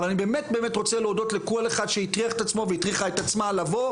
אבל אני באמת רוצה להודות לכל אחד שהטריח את עצמו והטריחה את עצמה לבוא,